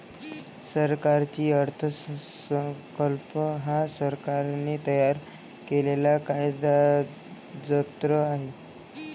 सरकारी अर्थसंकल्प हा सरकारने तयार केलेला कागदजत्र आहे